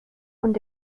und